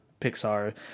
Pixar